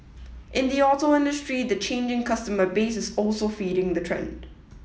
in the auto industry the changing customer base is also feeding the trend